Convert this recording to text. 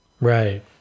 Right